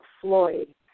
Floyd